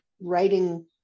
writing